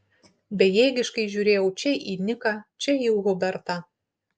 bejėgiškai žiūrėjau čia į niką čia į hubertą